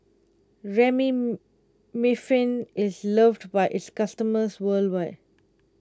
is loved by its customers worldwide